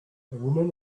woman